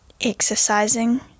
Exercising